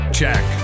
check